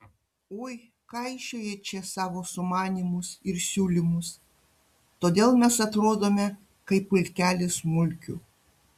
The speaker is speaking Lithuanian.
ui kaišioji čia savo sumanymus ir siūlymus todėl mes atrodome kaip pulkelis mulkių